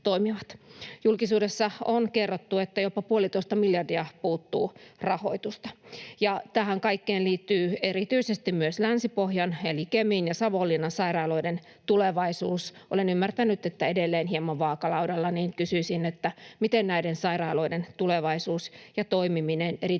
Julkisuudessa on kerrottu, että jopa puolitoista miljardia puuttuu rahoitusta. Tähän kaikkeen liittyy erityisesti Länsi-Pohjan eli Kemin ja Savonlinnan sairaaloiden tulevaisuus. Olen ymmärtänyt, että näiden tulevaisuus on edelleen hieman vaakalaudalla, joten kysyisin, miten näiden sairaaloiden tulevaisuus ja toimiminen erityisesti